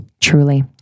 Truly